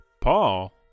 Paul